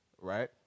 right